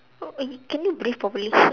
eh can you breathe properly